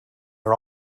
are